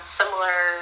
similar